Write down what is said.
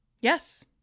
yes